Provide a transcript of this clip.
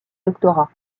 doctorat